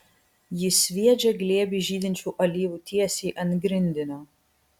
ji sviedžia glėbį žydinčių alyvų tiesiai ant grindinio